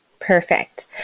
Perfect